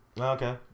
Okay